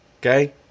Okay